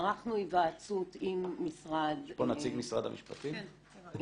ערכנו היוועצות עם משרד התרבות